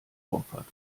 vorfahrt